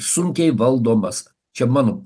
sunkiai valdomas čia mano